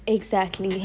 exactly